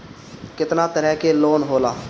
केतना तरह के लोन होला?